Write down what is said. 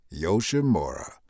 Yoshimura